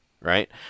right